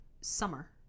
summer